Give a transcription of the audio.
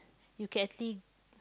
you can actually